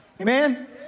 amen